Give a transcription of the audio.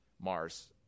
Mars